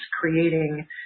creating